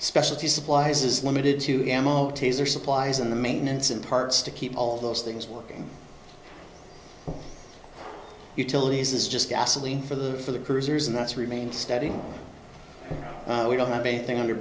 specialty supplies is limited to ammo tazer supplies and the maintenance and parts to keep all those things working utilities is just gasoline for the for the cruisers and that's remained steady so we don't have a thing under